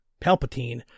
Palpatine